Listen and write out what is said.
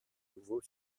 nouveau